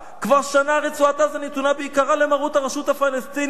כבר שנה רצועת-עזה נתונה בעיקר למרות הרשות הפלסטינית,